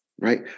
right